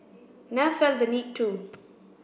never felt the need to